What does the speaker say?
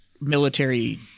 military